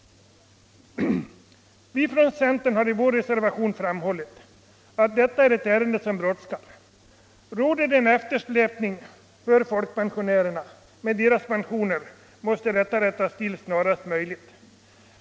Vi från centern har i vår reservation framhållit att detta är ett ärende som brådskar. Har folkpensionärernas pensioner släpat efter måste detta rättas till snarast möjligt.